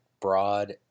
Broad